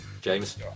James